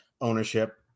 ownership